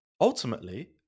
ultimately